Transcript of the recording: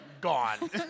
Gone